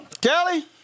Kelly